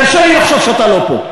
תרשה לי לחשוב שאתה לא פה.